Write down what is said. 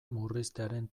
murriztearen